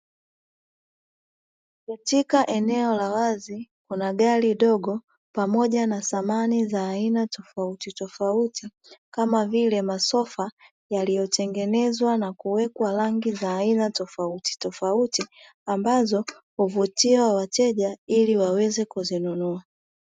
Katika eneo la wazi kuna gari dogo pamoja na samani za aina tofautitofauti, kama vile masofa yaliyotengenezwa na kuwekwa rangi za aina tofautitofauti ambazo huvutia wateja ili waweze kuzinunua.